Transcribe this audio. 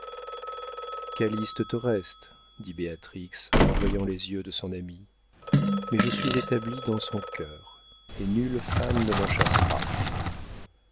calyste te reste dit béatrix en voyant les yeux de son amie mais je suis établie dans son cœur et nulle femme ne m'en chassera